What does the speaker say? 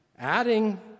adding